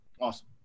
awesome